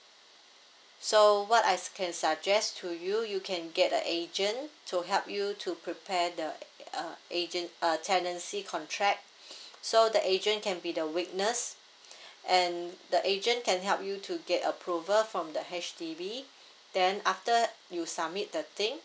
so what I can suggest to you you can get the agent to help you to prepare the uh agent uh tenancy contract so the agent can be the witness and the agent can help you to get approval from the H_D_B then after you submit the thing